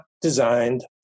designed